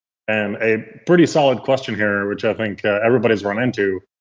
and a pretty solid question here, which i think everybody's run into,